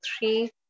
three